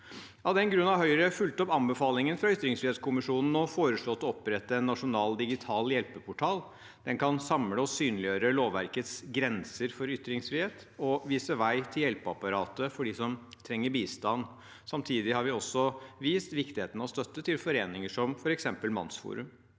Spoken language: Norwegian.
Av den grunn har Høyre fulgt opp anbefalingene fra ytringsfrihetskommisjonen og foreslått å opprette en nasjonal digital hjelpeportal. Den kan samle og synliggjøre lovverkets grenser for ytringsfrihet og vise vei til hjelpeapparatet for dem som trenger bistand. Samtidig har vi også vist viktigheten av støtte til foreninger som f.eks. MannsForum.